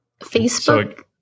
Facebook